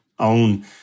own